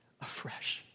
afresh